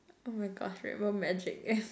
oh my gosh rainbow magic